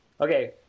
Okay